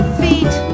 feet